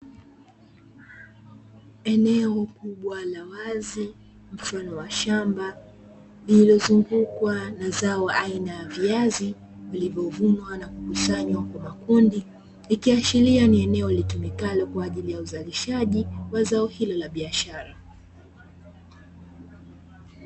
Eneo kubwa la wazi mfano wa shamba lililozungukwa na zao aina ya viazi, vilivyovunwa na kukusanywa kwa makundi, ikiashiria ni eneo litumikalo kwa ajili ya uzalishaji wa zao hilo la biashara.